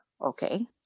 okay